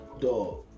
dog